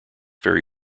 very